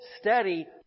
steady